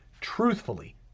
truthfully